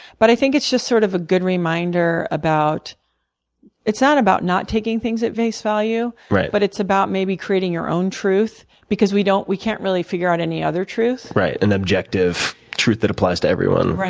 but i think it's just sort of a good reminder about it's not about not taking things at face value, but it's about maybe creating your own truth because we don't we can't really figure out any other truth. right, and objective truth that applies to everyone. right.